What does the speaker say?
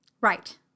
Right